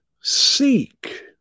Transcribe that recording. seek